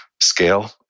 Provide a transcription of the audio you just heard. scale